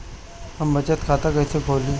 हम बचत खाता कईसे खोली?